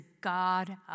God